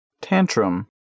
Tantrum